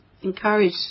encourage